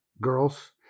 girls